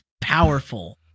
powerful